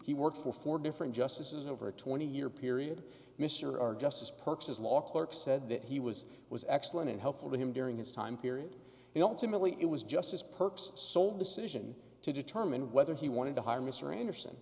he worked for four different justices over a twenty year period mr are just as perks as law clerks said that he was was excellent and helpful to him during his time period you don't similarly it was just his perks sole decision to determine whether he wanted to hire mr anderson